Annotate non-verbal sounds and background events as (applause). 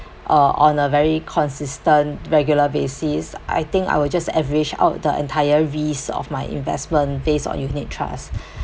or on a very consistent regular basis I think I will just average out the entire risk of my investment based on unit trust (breath)